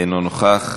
אינו נוכח,